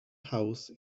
house